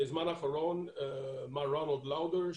בזמן האחרון מר רון לאודר,